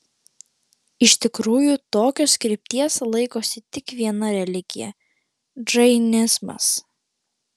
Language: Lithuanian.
iš tikrųjų tokios krypties laikosi tik viena religija džainizmas